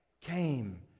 came